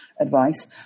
advice